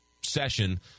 session